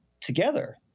together